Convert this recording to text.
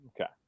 Okay